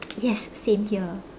yes same here